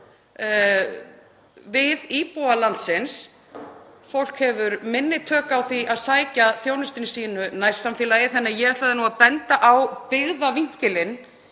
við íbúa landsins. Fólk hefur minni tök á því að sækja þjónustu í sínu nærsamfélagi. Því ætlaði ég að benda á byggðavinkilinn